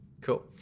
Cool